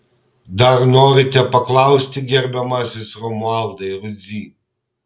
dar norite paklausti gerbiamasis romualdai rudzy